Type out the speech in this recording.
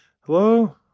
hello